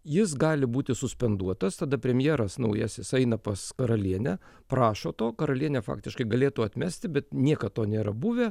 jis gali būti suspenduotas tada premjeras naujasis eina pas karalienę prašo to karalienė faktiškai galėtų atmesti bet niekad to nėra buvę